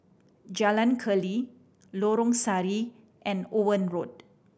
Jalan Keli Lorong Sari and Owen Road